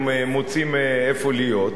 מוצאים איפה להיות.